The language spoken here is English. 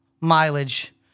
mileage